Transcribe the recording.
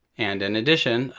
and in addition,